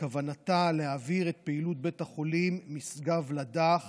כוונתה להעביר את פעילות בית החולים משגב לדך